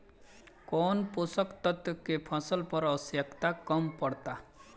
कौन पोषक तत्व के फसल पर आवशयक्ता कम पड़ता?